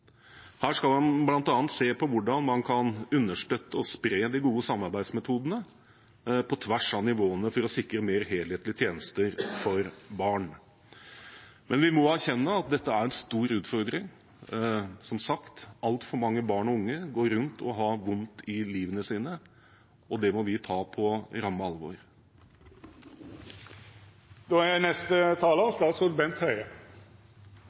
Her skal en bl.a. se på hvordan en kan understøtte og spre de gode samarbeidsmetodene på tvers av nivåene, for å sikre mer helhetlige tjenester for barn. Men vi må erkjenne at dette er en stor utfordring. Som sagt: Altfor mange barn og unge går rundt og har vondt i livet sitt, og det må vi ta på ramme